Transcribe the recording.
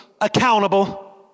accountable